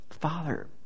Father